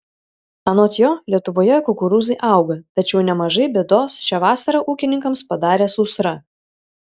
anot jo lietuvoje kukurūzai auga tačiau nemažai bėdos šią vasarą ūkininkams padarė sausra